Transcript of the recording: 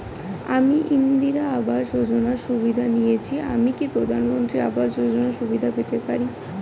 আমি ইন্দিরা আবাস যোজনার সুবিধা নেয়েছি আমি কি প্রধানমন্ত্রী আবাস যোজনা সুবিধা পেতে পারি?